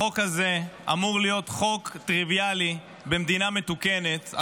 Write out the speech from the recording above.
החוק הזה אמור להיות חוק טריוויאלי במדינה מתוקנת אחרי,